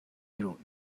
بیرون